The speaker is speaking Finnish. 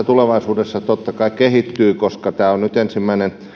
tulevaisuudessa totta kai kehittyvät koska tämä on nyt ensimmäinen